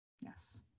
yes